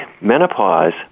Menopause